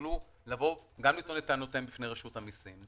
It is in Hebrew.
שיוכלו גם לטעון טענותיהם בפני רשות המיסים,